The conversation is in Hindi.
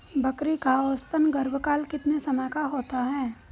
बकरी का औसतन गर्भकाल कितने समय का होता है?